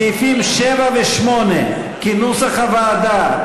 סעיפים 7 ו-8 כנוסח הוועדה,